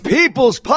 People's